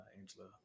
angela